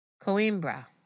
Coimbra